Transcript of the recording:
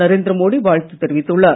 நரேந்திர மோடி வாழ்த்து தெரிவித்துள்ளார்